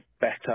better